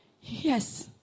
yes